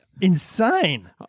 Insane